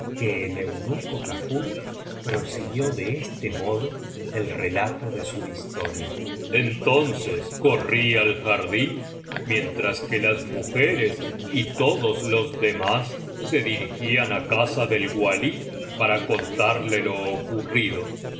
el eunuco kafur prosiguió de este modo el relato de su historia entonces corrí al jardín mientras que las mujeres y todos los demás se dirigían á casa del walí para contarle lo ocurrido